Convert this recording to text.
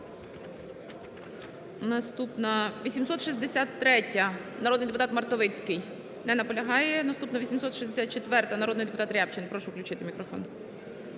Наступна. 863-я, народний депутат Мартовицький. Не наполягає. Наступна. 864-а, народний депутат Рябчин. Прошу включити мікрофон.